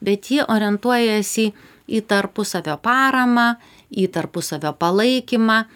bet ji orientuojasi į tarpusavio paramą į tarpusavio palaikymą